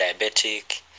diabetic